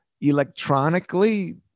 electronically